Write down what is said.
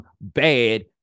bad